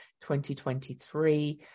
2023